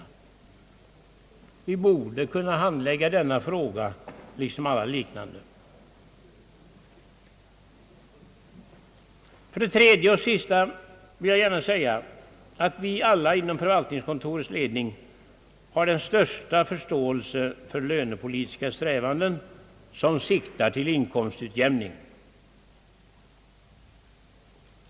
Vi borde kunna handlägga denna fråga på samma sätt som andra. 3. För det tredje och till sist vill jag gärna säga, att vi alla inom förvaltningskontorets ledning har den största förståelse för lönepolitiska strävanden som siktar till inkomstutjämning.